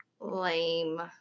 Lame